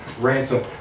ransom